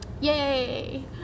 Yay